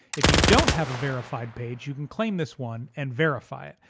if you don't have a verified page, you can claim this one and verify it.